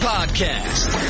Podcast